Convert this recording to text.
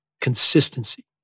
consistency